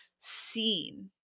seen